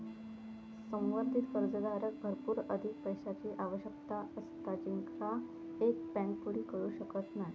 संवर्धित कर्जदाराक भरपूर अधिक पैशाची आवश्यकता असता जेंका एक बँक पुरी करू शकत नाय